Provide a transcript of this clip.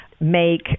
make